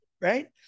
right